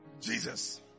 Jesus